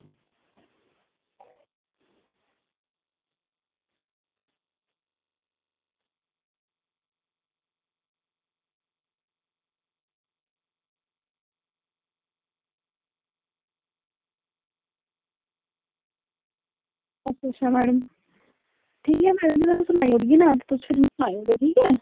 ते अच्छा मैडम ठीक ऐ मैडम जी थाह्नूं सनाई ओड़गी ना ते सनायो ठीक ऐ